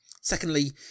Secondly